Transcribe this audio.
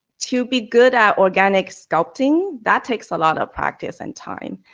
to be good at organic sculpting, that takes a lot of practice and time.